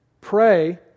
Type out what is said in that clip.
Pray